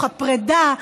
הפרידה,